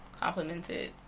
complimented